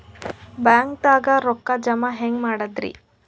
ಬ್ಯಾಂಕ್ದಾಗ ರೊಕ್ಕ ಜಮ ಹೆಂಗ್ ಮಾಡದ್ರಿ?